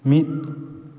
ᱢᱤᱫ